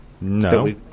No